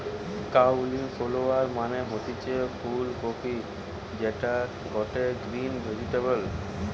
cauliflower মানে হতিছে ফুল কপি যেটা গটে গ্রিন ভেজিটেবল